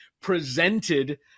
presented